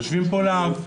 יושבים פה להב,